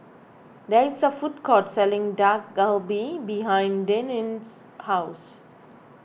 there is a food court selling Dak Galbi behind Deneen's house